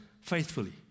faithfully